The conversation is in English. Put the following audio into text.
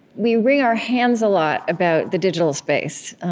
we wring our hands a lot about the digital space,